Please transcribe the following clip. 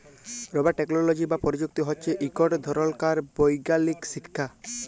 rubber technology বা পরযুক্তি হছে ইকট ধরলকার বৈগ্যালিক শিখ্খা